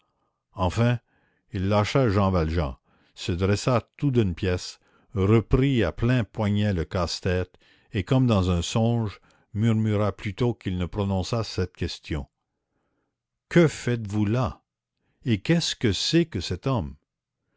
enfin il lâcha jean valjean se dressa tout d'une pièce reprit à plein poignet le casse-tête et comme dans un songe murmura plutôt qu'il ne prononça cette question que faites-vous là et qu'est-ce que c'est que cet homme